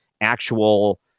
actual